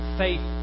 faith